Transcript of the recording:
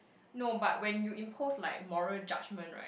no but when you impose like moral judgement right